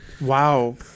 Wow